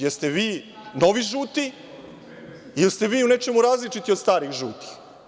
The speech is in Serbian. Jel ste vi novi žuti ili ste vi u nečemu različiti od starih žutih?